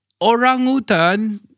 orangutan